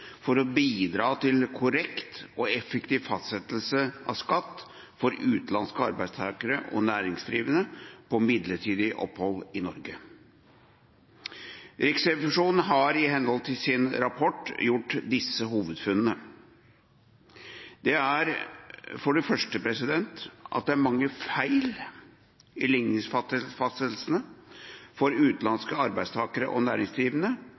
for å bidra til korrekt og effektiv fastsettelse av skatt for utenlandske arbeidstakere og næringsdrivende på midlertidig opphold i Norge. Riksrevisjonen har i henhold til sin rapport gjort disse hovedfunnene: Det er mange feil i ligningsfastsettelsene for utenlandske arbeidstakere og næringsdrivende